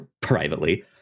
privately